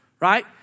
right